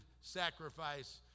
sacrifice